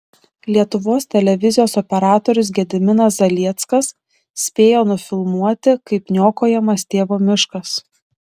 lietuvos televizijos operatorius gediminas zalieckas spėjo nufilmuoti kaip niokojamas tėvo miškas